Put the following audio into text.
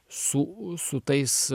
su su tais